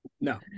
No